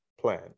plan